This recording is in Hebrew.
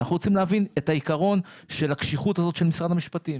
אנחנו רוצים להבין את העיקרון של הקשיחות הזאת של משרד הביטחון.